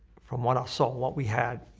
from what i saw, what we had.